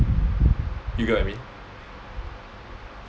you get what I mean